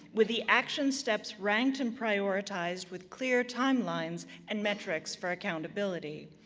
with the action steps ranked and prioritized with clear timelines and metrics for accountability.